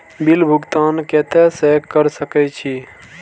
Bill भुगतान केते से कर सके छी?